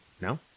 No